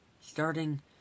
starting